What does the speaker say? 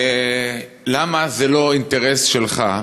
למה זה לא אינטרס שלך,